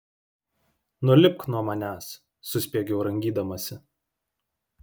nulipk nuo manęs suspiegiau rangydamasi